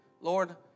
Lord